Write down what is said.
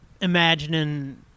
imagining